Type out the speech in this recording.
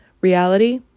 Reality